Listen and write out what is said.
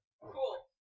Cool